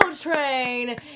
Train